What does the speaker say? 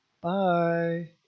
Bye